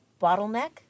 bottleneck